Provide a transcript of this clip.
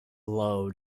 low